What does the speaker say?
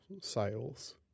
sales